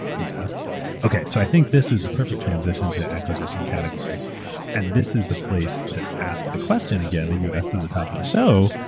yeah okay. so i think this is the perfect transition to acquisition category and this is the place to ask the question again that you asked the top of the show,